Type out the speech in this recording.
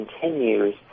continues